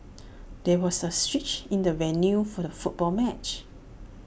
there was A switch in the venue for the football match